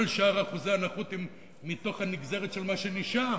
כל שאר אחוזי הנכות הם מתוך הנגזרת של מה שנשאר,